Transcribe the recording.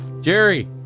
Jerry